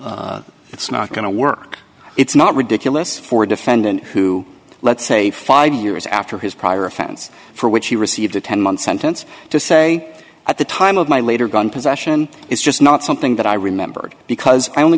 france it's not going to work it's not ridiculous for defendant who let's say five years after his prior offense for which he received a ten month sentence to say at the time of my later gun possession is just not something that i remembered because i only